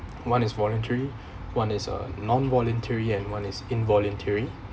one is voluntary one is uh non-voluntary and one is involuntary